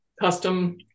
custom